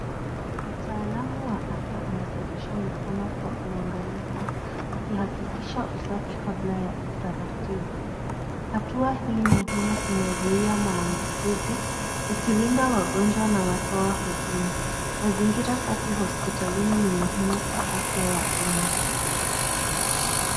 Mtaalamu wa afya anasafisha mikono kwa uangalifu akihakikisha usafi kabla ya utaratibu. Hatua hii muhimu inazuia maambukizi ikilinda wagonjwa na watoa huduma. Mazingira safi hospitaini ni muhimu kwa afya ya umma.